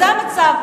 זה המצב.